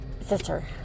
sister